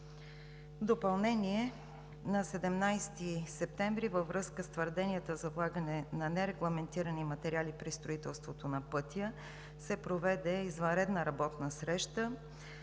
допълнение – на 17 септември във връзка с твърденията за влагане на нерегламентирани материали при строителството на пътя се провежда извънредна работна среща,